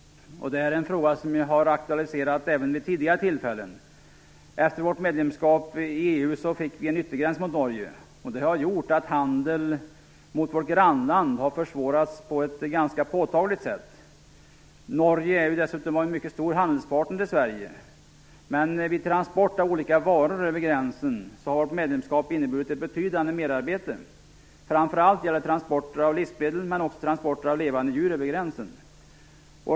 Det är en fråga som jag har aktualiserat även vid tidigare tillfällen. Efter vårt medlemskap i EU fick vi en yttergräns mot Norge. Detta har gjort att handeln mot vårt grannland har försvårats ganska påtagligt. Norge är ju dessutom en mycket stor handelspartner till Sverige. Men vid transport av olika varor över gränsen har vårt medlemskap inneburit ett betydande merarbete. Framför allt gäller det transporter av livsmedel men också transporter av levande djur över gränsen.